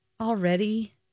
already